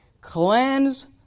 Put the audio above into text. Cleanse